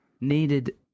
needed